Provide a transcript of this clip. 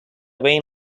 wayne